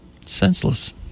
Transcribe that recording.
Senseless